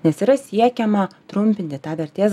nes yra siekiama trumpinti tą vertės